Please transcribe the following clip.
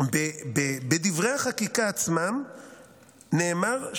בדברי החקיקה עצמם נאמר,